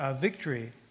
victory